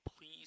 please